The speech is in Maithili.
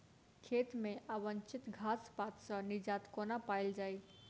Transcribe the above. खेत मे अवांछित घास पात सऽ निजात कोना पाइल जाइ?